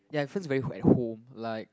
ya it feels very ho~ at home like